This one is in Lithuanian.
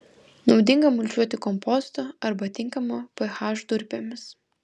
naudinga mulčiuoti kompostu arba tinkamo ph durpėmis